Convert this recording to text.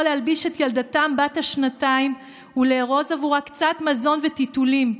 להלביש את ילדתם בת השנתיים ולארוז עבורה קצת מזון וטיטולים,